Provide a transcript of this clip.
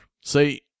See